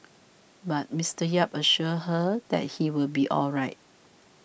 but Mister Yap assures her that he will be all right